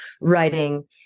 writing